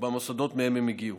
ובמוסדות שמהם הגיעו.